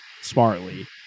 smartly